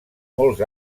molts